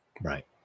Right